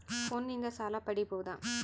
ಫೋನಿನಿಂದ ಸಾಲ ಪಡೇಬೋದ?